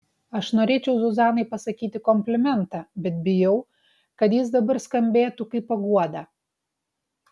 aš norėčiau zuzanai pasakyti komplimentą bet bijau kad jis dabar skambėtų kaip paguoda